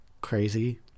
crazy